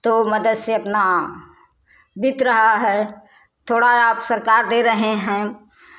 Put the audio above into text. तो मदद से अपना बीत रहा है थोड़ा आब सरकार दे रहे हैं